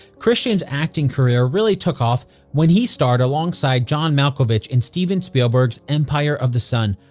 christian's acting career really took off when he starred alongside john malkovich in steven spielberg's empire of the sun.